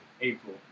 April